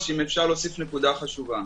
אם אפשר להוסיף נקודה חשובה.